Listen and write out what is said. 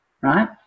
Right